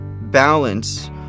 balance